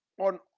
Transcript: on